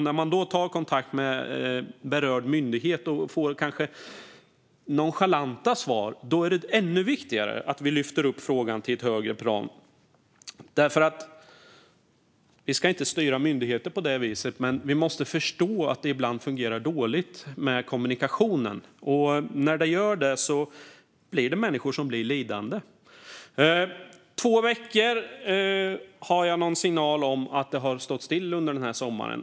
När man tar kontakt med berörd myndighet och kanske får nonchalanta svar är det ännu viktigare att vi lyfter upp frågan till ett högre plan. Vi ska inte styra myndigheter, men vi måste förstå att det ibland fungerar dåligt med kommunikationen. När det gör det blir människor lidande. Jag har fått signaler om att det har stått still i två veckor under den här sommaren.